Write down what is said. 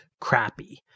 crappy